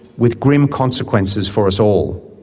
with grim consequences for us all?